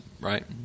right